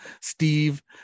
Steve